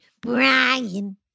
Brian